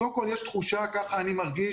אני מרגיש,